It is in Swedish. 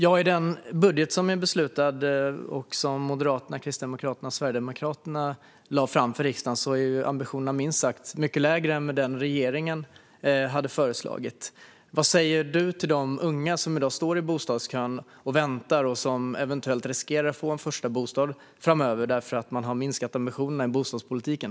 I den budget som är beslutad, som Moderaterna, Kristdemokraterna och Sverigedemokraterna lade fram för riksdagen, är ambitionerna minst sagt mycket lägre än i den som regeringen hade föreslagit. Vad säger du till de unga som i dag väntar i bostadskön och eventuellt riskerar att inte få någon första bostad framöver därför att man har minskat ambitionerna i bostadspolitiken?